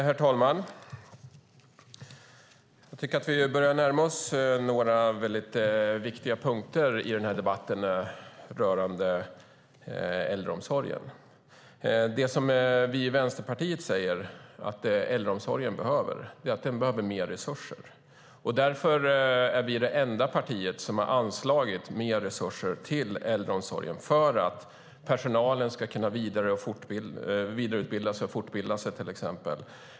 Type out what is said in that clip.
Herr talman! Vi börjar närma oss några viktiga punkter i den här debatten när det gäller äldreomsorgen. Vi i Vänsterpartiet säger att det som äldreomsorgen behöver är mer resurser. Vi är det enda parti som har anslagit mer resurser till äldreomsorgen för att personalen ska kunna vidareutbilda sig och fortbilda sig.